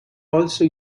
also